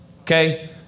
okay